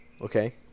Okay